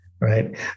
Right